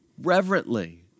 reverently